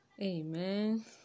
amen